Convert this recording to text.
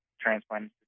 transplant